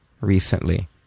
recently